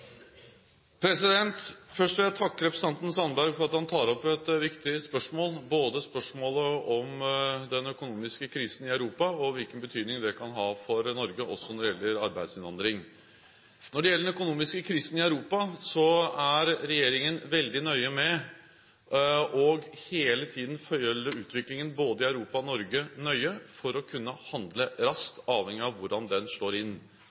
Først vil jeg takke representanten Sandberg for at han tar opp et viktig spørsmål – spørsmålet om den økonomiske krisen i Europa og hvilken betydning det kan ha for Norge når det gjelder arbeidsinnvandring. Når det gjelder den økonomiske krisen i Europa, er regjeringen veldig nøye med hele tiden å følge utviklingen i både Europa og Norge nøye for å kunne handle raskt avhengig av hvordan den slår inn.